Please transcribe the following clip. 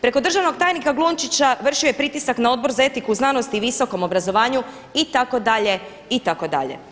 Preko državnog tajnika Glunčića vršio je pritisak na Odbor za etiku u znanosti i visokom obrazovanju itd., itd.